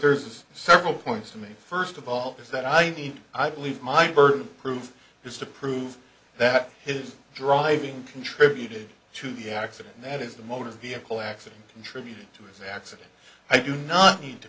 there's several points to me first of all is that i need i believe my burden of proof is to prove that his driving contributed to the accident that is the motor vehicle accident contributed to his accident i do not need to